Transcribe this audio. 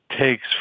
takes